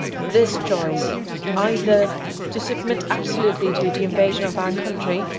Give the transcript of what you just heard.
this choice either to submit absolutely to the invasion of our country,